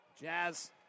Jazz